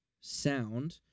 sound